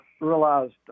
realized